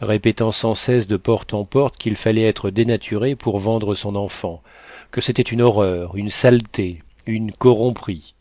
répétant sans cesse de porte en porte qu'il fallait être dénaturé pour vendre son enfant que c'était une horreur une saleté une corromperie